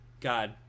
God